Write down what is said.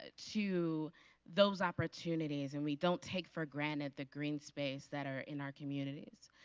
ah to those opportunities and we don't take for granted the green space that are in our communities.